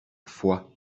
foix